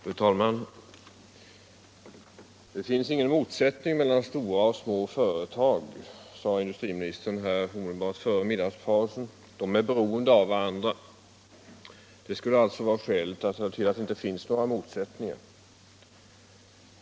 Fru talman! Det finns ingen motsättning mellan stora och små företag, sade industriministern omedelbart före middagen. De är beroende av varandra, fortsatte han. Det skulle alltså vara skälet till att det saknades motsättningar.